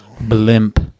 Blimp